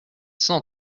cent